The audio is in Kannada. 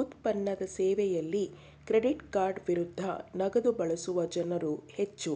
ಉತ್ಪನ್ನದ ಸೇವೆಯಲ್ಲಿ ಕ್ರೆಡಿಟ್ಕಾರ್ಡ್ ವಿರುದ್ಧ ನಗದುಬಳಸುವ ಜನ್ರುಹೆಚ್ಚು